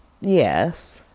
Yes